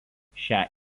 šią